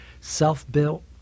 self-built